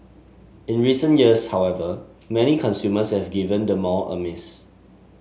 in recent years however many consumers have given the mall a miss